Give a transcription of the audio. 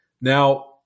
Now